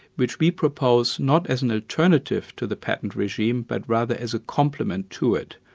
which we propose not as an alternative to the patent regime, but rather as a complement to it.